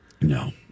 no